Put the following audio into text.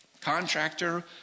contractor